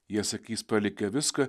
jie sakys palikę viską